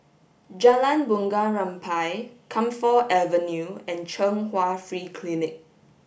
Jalan Bunga Rampai Camphor Avenue and Chung Hwa Free Clinic